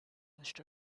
must